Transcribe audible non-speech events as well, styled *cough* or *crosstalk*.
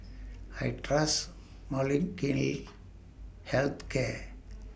I Trust *unintelligible* Health Care